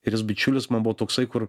ir jis bičiulis man buvo toksai kur